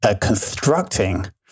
constructing